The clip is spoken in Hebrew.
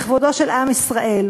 בכבודו של עם ישראל.